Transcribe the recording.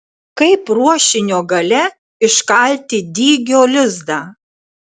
kaip ruošinio gale iškalti dygio lizdą